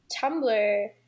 Tumblr